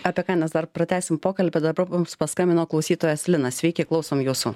apie kainas dar pratęsim pokalbį dabar mums paskambino klausytojas linas sveiki klausom jūsų